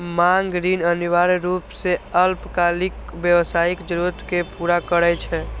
मांग ऋण अनिवार्य रूप सं अल्पकालिक व्यावसायिक जरूरत कें पूरा करै छै